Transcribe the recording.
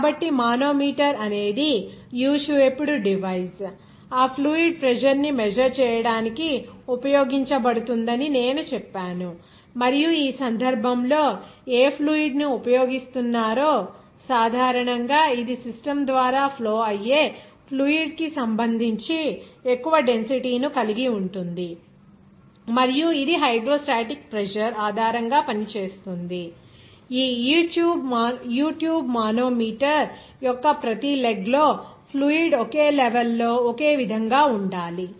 కాబట్టి మానోమీటర్ అనేది U shaped device ఆ ఫ్లూయిడ్ ప్రెజర్ ని మెజర్ చేయడానికి ఉపయోగించబడుతుందని నేను చెప్పాను మరియు ఈ సందర్భంలో ఏ ఫ్లూయిడ్ ని ఉపయోగిస్తున్నారో సాధారణంగా ఇది సిస్టమ్ ద్వారా ఫ్లో అయ్యే ఫ్లూయిడ్ కి సంబంధించి ఎక్కువ డెన్సిటీ ను కలిగి ఉంటుంది మరియు ఇది హైడ్రోస్టాటిక్ ప్రెజర్ ఆధారంగా పనిచేస్తుంది ఈ U ట్యూబ్ మానోమీటర్ యొక్క ప్రతి లెగ్ లో ఫ్లూయిడ్ ఒకే లెవెల్ లో ఒకే విధంగా ఉండాలి